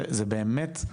זה באמת,